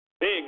Big